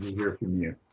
hear from you?